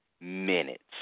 minutes